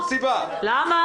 למה?